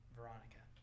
Veronica